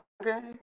Okay